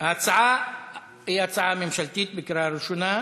ההצעה היא הצעה ממשלתית לקריאה ראשונה.